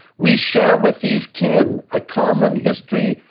we share with these kin a common history,